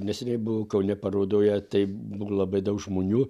neseniai buvau kaune parodoje tai buvo labai daug žmonių